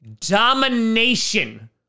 domination